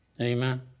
Amen